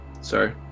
sorry